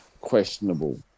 questionable